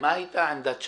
מה הייתה עמדת שב"ס?